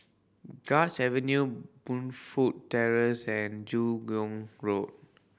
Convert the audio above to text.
Guards Avenue Burnfoot Terrace and Joo Hong Road